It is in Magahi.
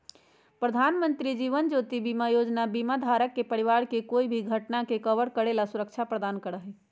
प्रधानमंत्री जीवन ज्योति बीमा योजना बीमा धारक के परिवार के कोई भी घटना के कवर करे ला सुरक्षा प्रदान करा हई